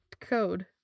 code